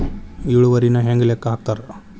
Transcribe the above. ಇಳುವರಿನ ಹೆಂಗ ಲೆಕ್ಕ ಹಾಕ್ತಾರಾ